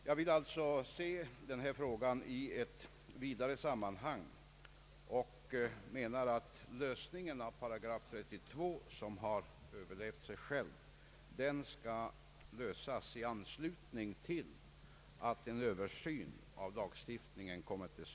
Jag vill alltså se denna fråga i ett vidare sammanhang och menar att problemet beträffande 8 32, som har överlevt sig själv, bör lösas i anslutning till en Översyn av lagstiftningen på detta område.